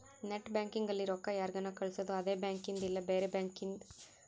net banking ಅಲ್ಲಿ ರೊಕ್ಕ ಯಾರ್ಗನ ಕಳ್ಸೊದು ಅದೆ ಬ್ಯಾಂಕಿಂದ್ ಇಲ್ಲ ಬ್ಯಾರೆ ಬ್ಯಾಂಕಿಂದ್